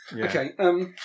Okay